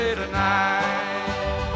tonight